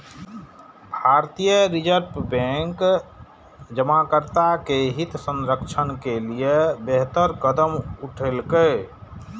भारतीय Reserve Bank जमाकर्ता के हित संरक्षण के लिए बेहतर कदम उठेलकै